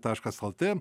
taškas lt